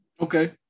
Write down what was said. okay